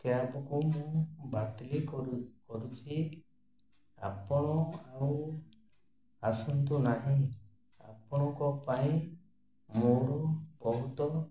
କ୍ୟାବ୍କୁ ମୁଁ ବାତିଲି କରୁ କରୁଛିି ଆପଣ ଆଉ ଆସନ୍ତୁ ନାହିଁ ଆପଣଙ୍କ ପାଇଁ ମୋର ବହୁତ